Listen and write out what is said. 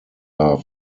are